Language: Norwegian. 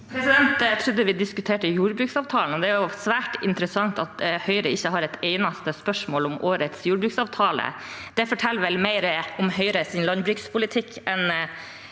Jeg trodde vi dis- kuterte jordbruksavtalen, og det er svært interessant at Høyre ikke har et eneste spørsmål om årets jordbruksavtale. Det forteller vel noe om Høyres landbrukspolitikk.